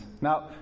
Now